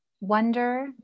wonder